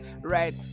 right